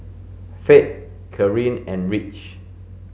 Fate Karyn and Ridge